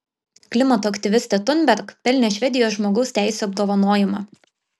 klimato aktyvistė thunberg pelnė švedijos žmogaus teisių apdovanojimą